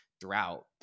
throughout